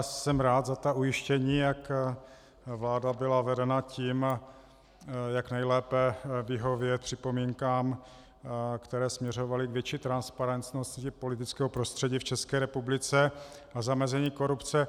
Jsem rád za ta ujištění, jak vláda byla vedena tím, jak nejlépe vyhovět připomínkám, které směřovaly k větší transparentnosti politického prostředí v České republice a zamezení korupce.